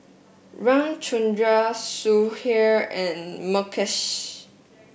Ramchundra Sudhir and Mukesh